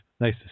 Nice